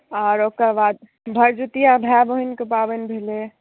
आओर ओकर बाद भरदुतिया भाय बहिनके पाबनि भेलै